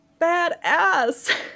badass